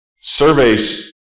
Surveys